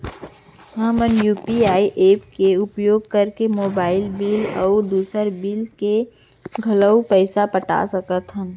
हमन UPI app के उपयोग करके मोबाइल बिल अऊ दुसर बिल के घलो पैसा पटा सकत हन